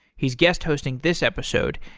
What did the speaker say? he's guest hosting this episode,